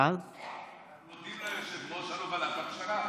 מודים ליושב-ראש על הובלת הפשרה.